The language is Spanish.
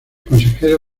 consejero